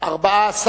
להצביע.